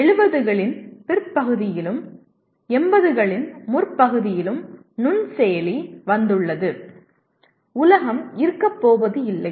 70 களின் பிற்பகுதியிலும் 80 களின் முற்பகுதியிலும் நுண்செயலி வந்துள்ளது உலகம் இருக்க போவது இல்லை